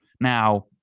Now